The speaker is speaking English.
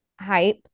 hype